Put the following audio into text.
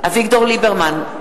אביגדור ליברמן,